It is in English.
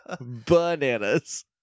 bananas